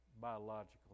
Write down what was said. biological